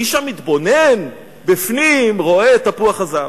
האיש המתבונן רואה את תפוח הזהב.